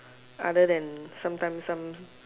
other than sometimes some